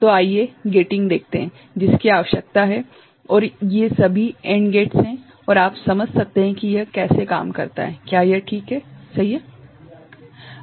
तो आइये गेटिंग देखते है जिसकी आवश्यकता है और ये सभी एंड गेट्स हैं और आप समझ सकते हैं कि यह कैसे काम करता है क्या यह ठीक है सही है